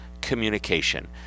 Communication